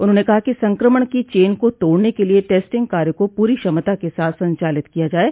उन्होंने कहा कि संकमण की चेन को तोड़ने के लिए टेस्टिंग कार्य को पूरी क्षमता के साथ संचालित किया जाये